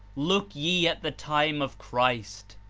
look ye at the time of christ.